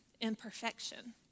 Imperfection